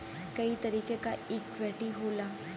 कई तरीके क इक्वीटी होला